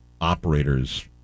operators